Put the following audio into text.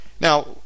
Now